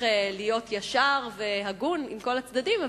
ישר והגון עם כל הצדדים,